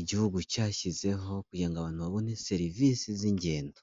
igihugu cyashyizeho kugira ngo abantu babone serivisi z'ingendo.